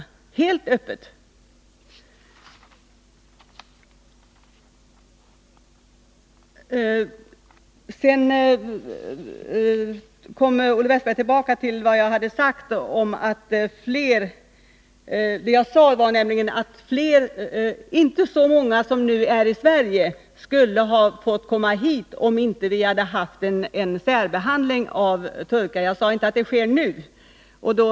43 Olle Wästberg kom också tillbaka till mitt yttrande att inte så många turkar som de som nu är i Sverige skulle ha fått komma hit, om vi inte hade haft en särbehandling av turkar. Jag sade inte att en sådan förekommer nu.